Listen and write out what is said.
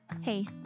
hey